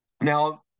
Now